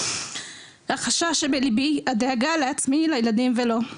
החשש שבליבי, הדאגה לעצמי, לילדים ולו.